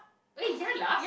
eh ya lah